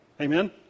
Amen